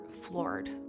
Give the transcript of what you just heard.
floored